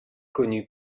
connue